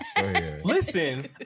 Listen